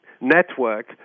network